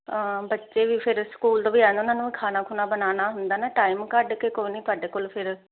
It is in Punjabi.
ਬੱਚੇ ਵੀ ਫਿਰ ਸਕੂਲ ਤੋਂ ਵੀ ਆਏ ਉਹਨਾਂ ਨੂੰ ਖਾਣਾ ਖੁਣਾ ਬਨਾਣਾ ਹੁੰਦਾ ਨਾ ਟਾਈਮ ਕੱਢ ਕੇ ਕੋਈ ਨਹੀਂ ਤੁਹਾਡੇ ਕੋਲ ਫਿਰ